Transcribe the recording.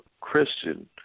Christian